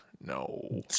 No